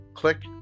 Click